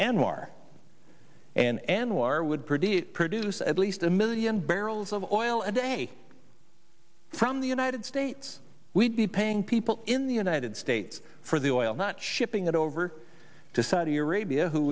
produce produce at least a million barrels of oil a day from the united states we'd be paying people in the united states for the oil not shipping it over to saudi arabia who